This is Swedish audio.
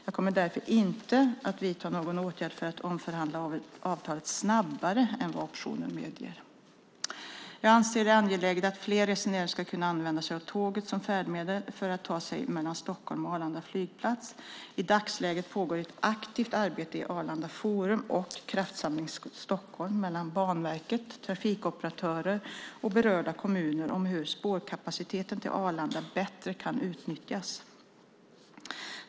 Jag kommer därför inte att vidta någon åtgärd för att omförhandla avtalet snabbare än vad optionen medger. Jag anser det angeläget att fler resenärer ska kunna använda sig av tåget som färdmedel för att ta sig mellan Stockholm och Arlanda flygplats. I dagsläget pågår ett aktivt arbete i Arlanda forum och Kraftsamling Stockholm mellan Banverket, trafikoperatörer och berörda kommuner om hur spårkapaciteten till Arlanda bättre kan utnyttjas.